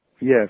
Yes